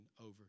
over